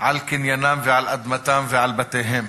על קניינם ועל אדמתם ועל בתיהם.